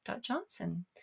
Johnson